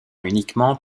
uniquement